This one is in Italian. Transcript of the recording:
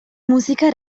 musica